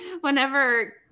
whenever